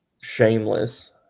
Shameless